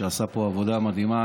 שעשה פה עבודה מדהימה,